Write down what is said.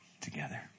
together